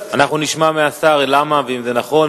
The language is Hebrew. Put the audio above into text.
אנחנו נשמע מהשר למה ואם זה נכון,